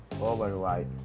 override